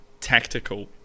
tactical